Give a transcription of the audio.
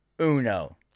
Uno